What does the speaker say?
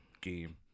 game